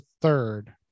third